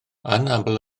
anaml